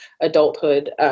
adulthood